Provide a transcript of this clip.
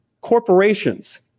corporations